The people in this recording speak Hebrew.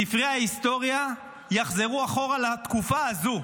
ספרי ההיסטוריה יחזרו אחורה לתקופה הזו,